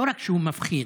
לא רק שהוא מפחיד,